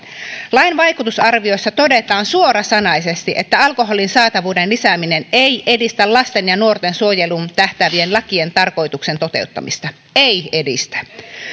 lain vaikutusarvioissa todetaan suorasanaisesti että alkoholin saatavuuden lisääminen ei edistä lasten ja nuorten suojeluun tähtäävien lakien tarkoituksen toteuttamista ei edistä